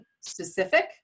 specific